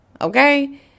Okay